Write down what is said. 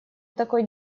такой